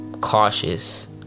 cautious